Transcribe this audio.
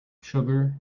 sugar